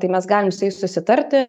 tai mes galim su jais susitarti